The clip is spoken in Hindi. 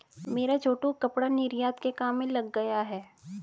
मेरा छोटू कपड़ा निर्यात के काम में लग गया है